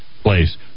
place